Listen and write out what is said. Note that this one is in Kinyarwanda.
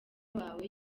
wawe